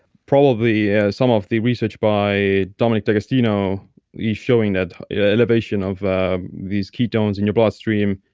probably yeah some of the research by dominic d'agostino is showing that elevation of these ketones in your blood stream,